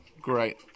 Great